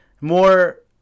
More